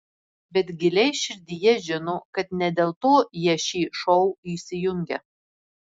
bet giliai širdyje žino kad ne dėl to jie šį šou įsijungia